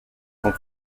sont